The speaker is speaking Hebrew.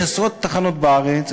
יש עשרות תחנות בארץ,